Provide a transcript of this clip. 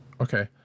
Okay